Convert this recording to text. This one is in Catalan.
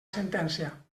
sentència